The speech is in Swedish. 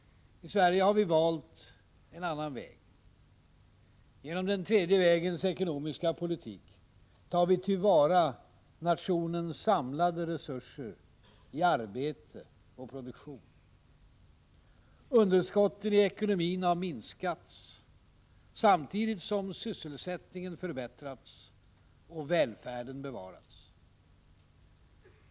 I Sverige har vi valt en annan väg. Genom den tredje vägens ekonomiska politik tar vi till vara nationens samlade resurser i arbete och produktion. Underskotten i ekonomin har minskats samtidigt som sysselsättningen förbättrats och välfärden bevarats.